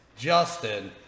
Justin